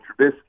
Trubisky